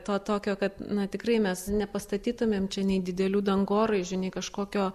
to tokio kad tikrai mes nepastatytumėm čia nei didelių dangoraižių nei kažkokio